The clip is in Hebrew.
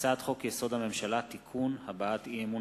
הצעת חוק-יסוד: הממשלה (תיקון) (הבעת אי-אמון